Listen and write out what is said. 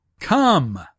Come